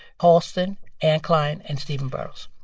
halston, anne klein and stephen burrows.